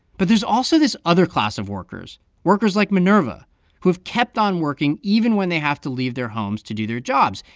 but there's also this other class of workers workers like minerva who have kept on working even when they have to leave their homes to do their jobs,